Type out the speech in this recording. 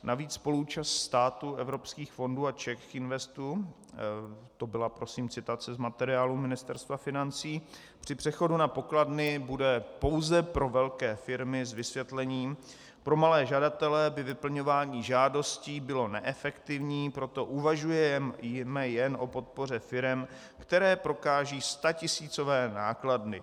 Navíc spoluúčast státu, evropských fondů a CzechInvestu, to byla prosím citace za materiálu Ministerstva financí, při přechodu na pokladny bude pouze pro velké firmy, s vysvětlením, pro malé žadatele by vyplňování žádostí bylo neefektivní, proto uvažujeme jen o podpoře firem, které prokážou statisícové náklady.